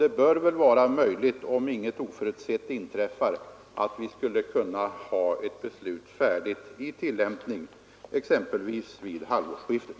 11 Om inget oförutsett inträffar bör det då vara möjligt att ha ett beslut klart och i tillämpning exempelvis vid halvårsskiftet.